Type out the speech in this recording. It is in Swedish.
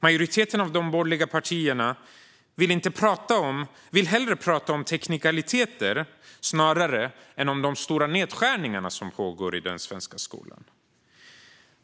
Majoriteten av de borgerliga partierna vill hellre tala om teknikaliteter än om de stora nedskärningar som pågår i den svenska skolan.